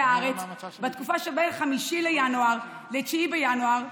הארץ בתקופה שבין 5 בינואר ל-9 בינואר,